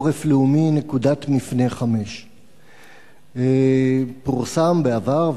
עורף לאומי "נקודת מפנה 5". פורסם בעבר,